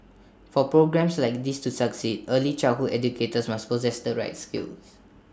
for programmes like these to succeed early childhood educators must possess the right skills